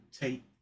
take